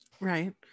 right